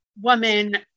woman